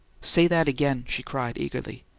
say that again! she cried eagerly.